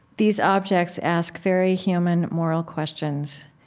these objects ask very human moral questions.